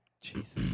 Jesus